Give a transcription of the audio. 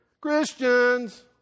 Christians